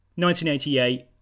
1988